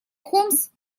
хомс